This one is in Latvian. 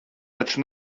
taču